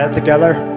together